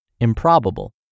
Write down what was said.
improbable